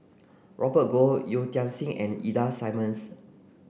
Robert Goh Yeo Tiam Siew and Ida Simmons